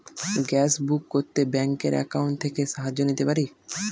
Gas book করতে ব্যাংকের account থেকে সাহায্য নিতে পারি?